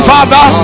Father